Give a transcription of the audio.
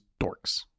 dorks